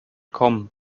kommen